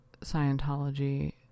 Scientology